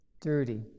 dirty